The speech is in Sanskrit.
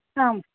आम्